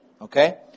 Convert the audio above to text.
okay